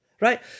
Right